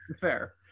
Fair